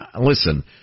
listen